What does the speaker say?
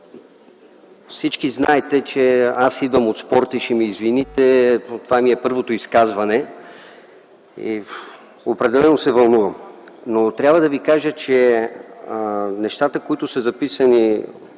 Знаете, че аз идвам от спорта – ще ме извините, това ми е първото изказване и определено се вълнувам. Трябва да ви кажа, че нещата, които са записани